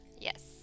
Yes